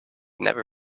never